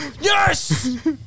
Yes